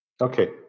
Okay